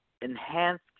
enhanced